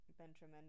Benjamin